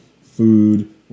food